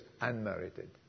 unmerited